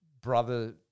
brother